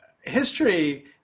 history